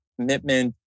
commitment